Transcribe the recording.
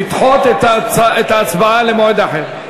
אני מציע, אם אפשר, לדחות את ההצבעה למועד אחר.